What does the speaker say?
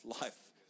life